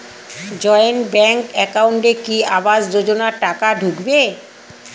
Joint bank একাউন্টে কি আবাস যোজনা টাকা ঢুকবে?